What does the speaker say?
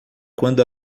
quando